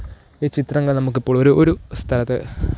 ഈ ചിത്രങ്ങൾ നമുക്കിപ്പോൾ ഒരു ഒരു സ്ഥലത്ത്